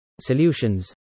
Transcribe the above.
Solutions